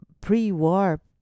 pre-war